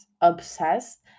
obsessed